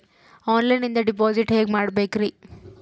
ಆನ್ಲೈನಿಂದ ಡಿಪಾಸಿಟ್ ಹೇಗೆ ಮಾಡಬೇಕ್ರಿ?